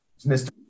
Mr